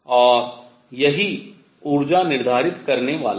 और यही ऊर्जा निर्धारित करने वाला है